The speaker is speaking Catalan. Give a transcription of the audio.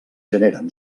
generen